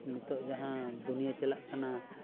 ᱱᱤᱛᱚᱜ ᱡᱟᱦᱟᱸ ᱫᱩᱱᱤᱭᱟᱹ ᱪᱟᱞᱟᱜ ᱠᱟᱱᱟ